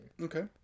Okay